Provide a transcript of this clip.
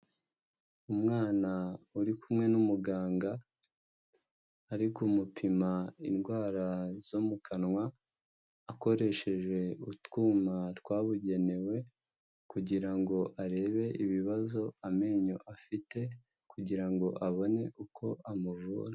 Umwana uri kumwe n'umuganga, ari kumupima indwara zo mu kanwa, akoresheje utwuma twabugenewe, kugira ngo arebe ibibazo amenyo afite, kugira ngo abone uko amuvura.